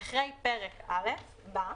אחרי פרק א' בא: